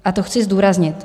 A to chci zdůraznit.